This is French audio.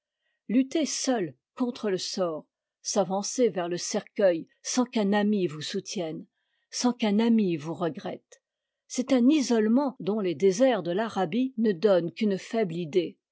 lutter seul contre le sort s'avancer vers le cercueil sans qu'un ami vous soutienne sans qu'un ami vous regrette c'est un isolement dont les déserts de l'arabie ne donnent qu'une faible idée